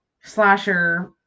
slasher